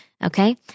Okay